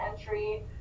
entry